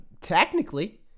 Technically